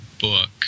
book